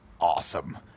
awesome